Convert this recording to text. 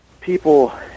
people